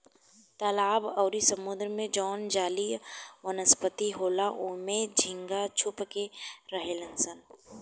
तालाब अउरी समुंद्र में जवन जलीय वनस्पति होला ओइमे झींगा छुप के रहेलसन